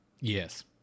Yes